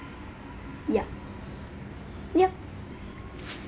ya yeah